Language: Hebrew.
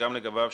שגם לגביו,